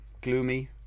gloomy